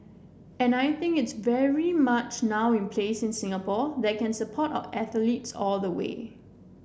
and I think it's very much now in place in Singapore that can support our athletes all the way